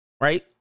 Right